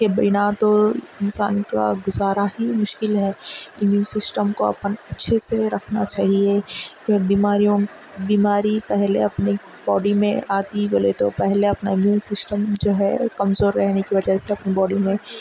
کے بنا تو انسان کا گزارہ ہی مشکل ہے امیون سسٹم کو اپن اچھے سے رکھنا چاہیے بیماریوں بیماری پہلے اپنے باڈی میں آتی بولے تو پہلے اپنا امیون سسٹم جو ہے کمزور رہنے کی وجہ سے اپنی باڈی میں